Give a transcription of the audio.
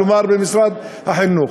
כלומר במשרד החינוך.